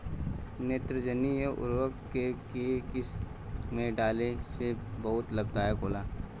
नेत्रजनीय उर्वरक के केय किस्त में डाले से बहुत लाभदायक होला?